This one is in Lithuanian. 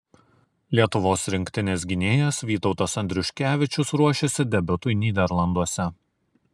lietuvos rinktinės gynėjas vytautas andriuškevičius ruošiasi debiutui nyderlanduose